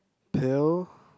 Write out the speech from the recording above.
pill